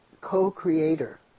co-creator